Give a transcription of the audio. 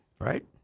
Right